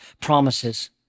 promises